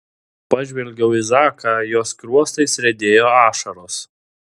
pažvelgiau į zaką jo skruostais riedėjo ašaros